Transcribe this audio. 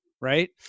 right